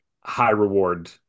high-reward